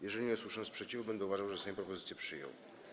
Jeżeli nie usłyszę sprzeciwu, będę uważał, że Sejm propozycje przyjął.